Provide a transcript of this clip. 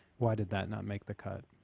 why did that not make the cut?